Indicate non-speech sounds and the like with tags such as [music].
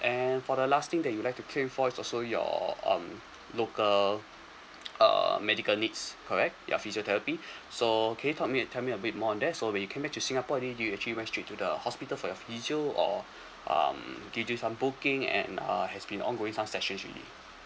and for the last thing that you'd like to claim for is also your um local [noise] um medical needs correct your physiotherapy so can you talk me~ tell me a bit more on that so when you came back to singapore do y~ you actually went straight to the hospital for your physio or um did you do some booking and uh has been ongoing some sessions already